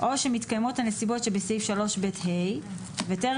או שמתקיימות הנסיבות שבסעיף 3ב(ה) וטרם